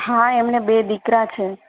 હા એમણે બે દીકરા છે